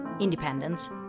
independence